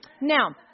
now